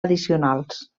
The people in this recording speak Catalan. addicionals